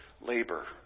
labor